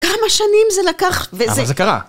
כמה שנים זה לקח וזה... אבל זה קרה